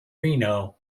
reno